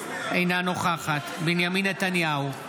אינה נוכחת בנימין נתניהו,